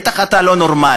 בטח אתה לא נורמלי.